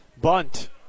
Bunt